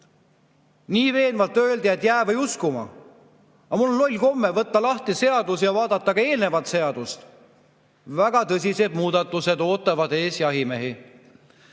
Nii veenvalt öeldi, et jää või uskuma. Aga mul on loll komme võtta eelnõu lahti ja vaadata ka [senist] seadust. Väga tõsised muudatused ootavad ees jahimehi.